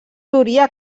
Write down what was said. duria